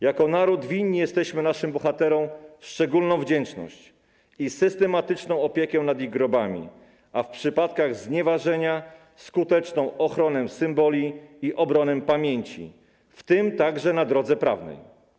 Jako naród winni jesteśmy naszym bohaterom szczególną wdzięczność i systematyczną opiekę nad ich grobami, a w przypadkach znieważenia - skuteczną ochronę symboli i obronę pamięci, w tym także na drodze prawnej.